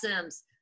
Sims